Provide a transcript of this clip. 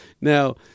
Now